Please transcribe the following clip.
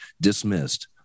dismissed